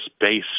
based